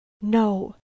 no